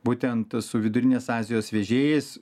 būtent su vidurinės azijos vežėjais